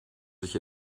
sich